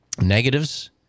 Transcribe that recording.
negatives